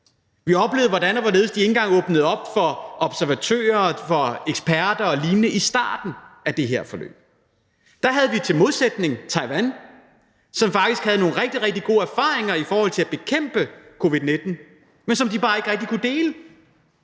har oplevet, hvordan og hvorledes de ikke engang åbnede op for observatører, for eksperter og lignende i starten af det her forløb; i modsætning til Taiwan, som faktisk havde nogle rigtig, rigtig gode erfaringer i forhold til at bekæmpe covid-19, som de bare ikke rigtig kunne dele.